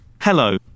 Hello